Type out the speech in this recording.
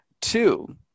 Two